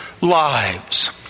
lives